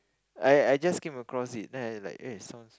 I I just came across it then I like eh sounds